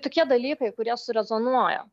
tokie dalykai kurie surezonuoja